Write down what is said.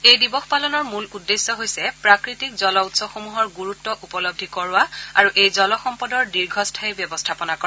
এই দিৱস পালনৰ মূল উদ্দেশ্য হৈছে প্ৰাকৃতিক জল উৎসসমূহৰ গুৰুত্ব উপলবি কৰোৱা আৰু এই জল সম্পদক দীৰ্ঘস্থায়ী ব্যৱস্থাপনা কৰা